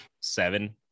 seven